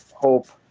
hope,